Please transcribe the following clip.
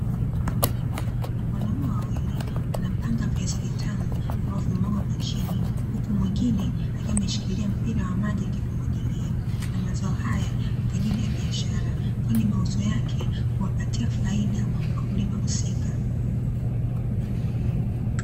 Wanaume wawili wanapanga viazi vitamu, ambavyo vimemwagwa kwa chini, huku mwingine akiwa ameshikilia mpira wa maji akivimwagilia, na mazao hayo ni kwa ajili ya biashara, kwani mauzo yake huwapatia faida wakulima husika.